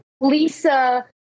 Lisa